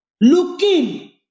Looking